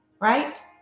right